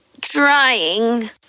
Trying